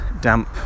damp